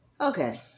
Okay